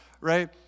right